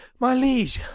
my liege,